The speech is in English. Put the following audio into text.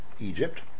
Egypt